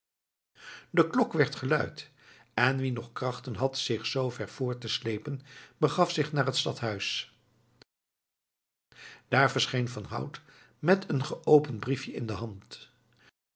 de klok werd geluid en wie nog krachten had zich zoover voort te sleepen begaf zich naar het stadhuis daar verscheen van hout met een geopend briefje in de hand